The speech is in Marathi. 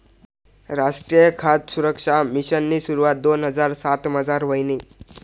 रासट्रीय खाद सुरक्सा मिशननी सुरवात दोन हजार सातमझार व्हयनी